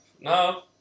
No